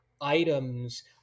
items